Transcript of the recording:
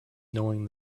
knowing